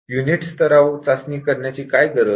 unit level वर testing करण्याची काय गरज